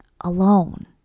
alone